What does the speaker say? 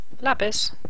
Lapis